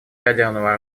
ядерного